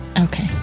Okay